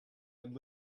and